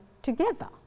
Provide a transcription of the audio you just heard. together